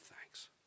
thanks